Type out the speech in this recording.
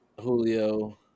julio